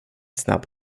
snabb